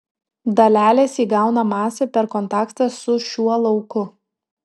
dalelės įgauna masę per kontaktą su šiuo lauku